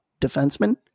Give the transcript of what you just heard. defenseman